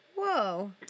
Whoa